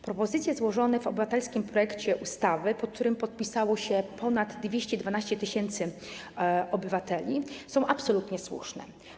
Propozycje złożone w obywatelskim projekcie ustawy, pod którym podpisało się ponad 212 tys. obywateli, są absolutnie słuszne.